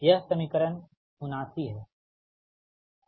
यह समीकरण 79 है ठीक